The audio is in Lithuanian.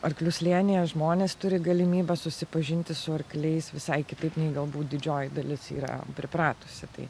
arklių slėnyje žmonės turi galimybę susipažinti su arkliais visai kitaip nei galbūt didžioji dalis yra pripratusi tai